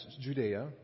Judea